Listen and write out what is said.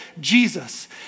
Jesus